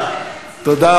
לא תשובות למצוקה,